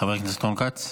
חבר הכנסת רון כץ.